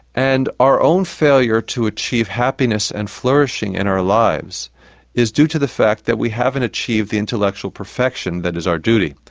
and our own failure to achieve happiness and flourishing in our lives is due to the fact that we haven't achieved the intellectual perfection that is our duty.